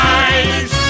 eyes